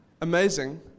Amazing